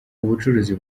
ubucuruzi